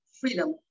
freedom